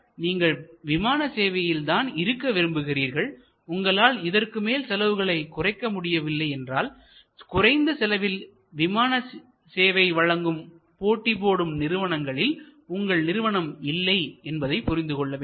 ஆனால் நீங்கள் விமான சேவையில் தான் இருக்க விரும்புகிறீர்கள் உங்களால் இதற்குமேல் செலவுகளை குறைக்க முடியவில்லை என்றால் குறைந்த செலவில் விமான சேவை வழங்க போட்டி போடும் நிறுவனங்களில் உங்கள் நிறுவனம் இல்லை என்பதை புரிந்து கொள்ள வேண்டும்